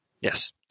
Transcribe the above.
Yes